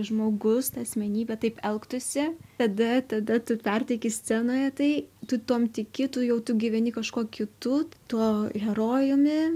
žmogus ta asmenybė taip elgtųsi tada tada tu perteiki scenoje tai tu tuom tiki tu jau tu gyveni kažkuo kitu tuo herojumi